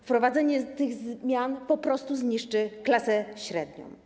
Wprowadzenie tych zmian po postu zniszczy klasę średnią.